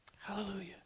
Hallelujah